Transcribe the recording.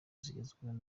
zigezweho